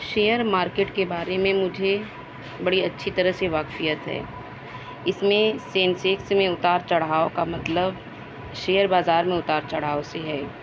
share market کے بارے میں مجھے بڑی اچھی طرح سے واقفیت ہے اس میں سینسیکس میں اتار چڑھاؤ کا مطلب شیئر بازار میں اتار چڑھاؤ سے ہے